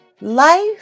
Life